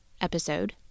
episode